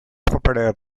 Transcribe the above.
propeller